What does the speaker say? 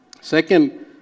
second